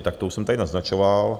Tak to už jsem tady naznačoval.